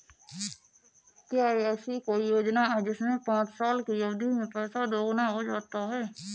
क्या ऐसी कोई योजना है जिसमें पाँच साल की अवधि में पैसा दोगुना हो जाता है?